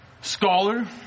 Scholar